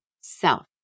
self